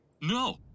No